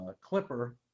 Clipper